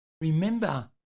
Remember